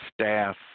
staff